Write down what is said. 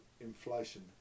inflation